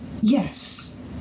yes